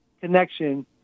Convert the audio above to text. connection